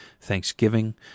Thanksgiving